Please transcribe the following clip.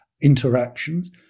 interactions